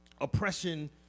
oppression